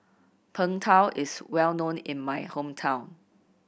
Png Tao is well known in my hometown